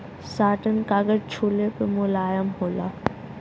satin कागज छुले पे मुलायम होला